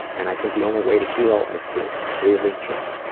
and i think the only way to heal, is to really just.